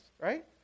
right